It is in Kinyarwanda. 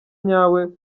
nyawe